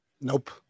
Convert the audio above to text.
Nope